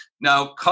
Now